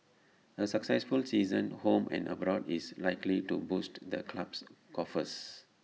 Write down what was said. A successful season home and abroad is likely to boost the club's coffers